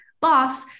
boss